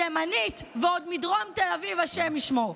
ימנית, ועוד מדרום תל אביב, השם ישמור.